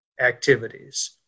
activities